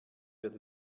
wird